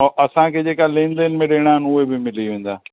ऐं असांखे जेका लेनदेन में ॾियणा आहिनि उहे बि मिली वेंदा